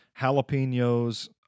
jalapenos